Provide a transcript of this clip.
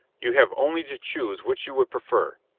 you have only to choose which you would prefer,